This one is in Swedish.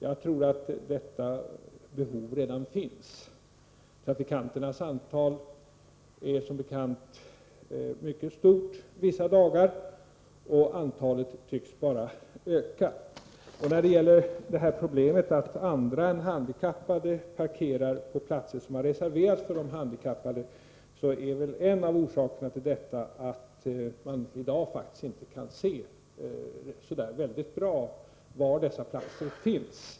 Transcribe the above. Jag tror att detta behov redan finns. Trafikanternas antal är som bekant mycket stort vissa dagar, och antalet tycks bara öka. När det gäller problemet att andra än handikappade parkerar på platser som har reserverats för de handikappade vill jag säga att en av orsakerna till detta väl är att de i dag faktiskt inte kan se så där väldigt bra var dessa platser finns.